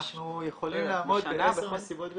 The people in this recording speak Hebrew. אנחנו יכולים לעמוד בעשר מסיבות בשנה.